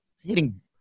hitting